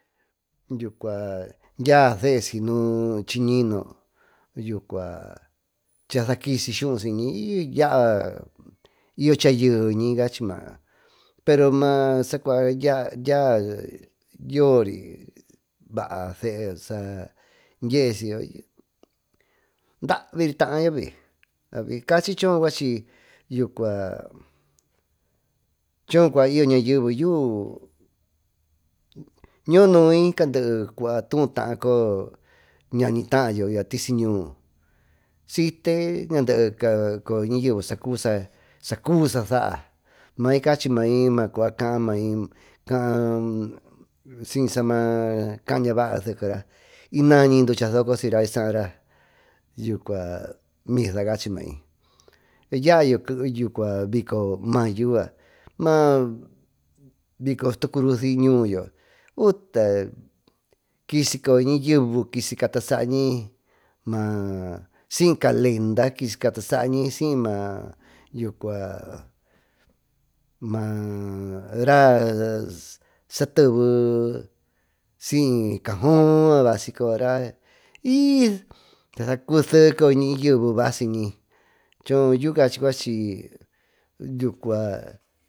Dyia seheñi chiñino casakisi skuú yaa y yo chayeeñi cachimayo pero masa cuayori vaa seeyo dyee siyyo daavi taayo cachi choo cuachi yucua choo cua y yo nayeve yuú noó muy ñacande tuú taa cayo ñañitaayo y ya tisiñuu siyto ñandee ñandeecaa ñayeve sacuvi sa saá miy cachi mai cua kaa maicua sama caa ñavay sekeera yñañi ducha sohoo siyra saara miha cachi mai ya yo bico mayo ma bico sutukurosi ñuuyo utale kisoyo ñayeve kisi cata saañi maa siy calenda kisi catasaañi siy maa yaeva maa raa sateve siy cajó basi coyora asu sacusco coyo ñayeve basiñi coho yu cachy cuachy yucua.